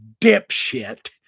dipshit